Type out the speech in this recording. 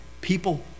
people